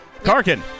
Karkin